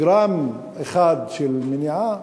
הוא שגרם אחד של מניעה